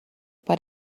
but